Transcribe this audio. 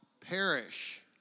perish